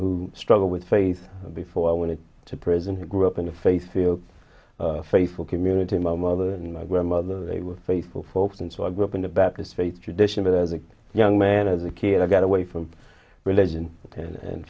who struggle with faith before i went to prison who grew up in the face you faithful community my mother and my grandmother they were faithful folks and so i grew up in the baptist faith tradition but as a young man as a kid i got away from religion and